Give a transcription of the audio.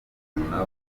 murumuna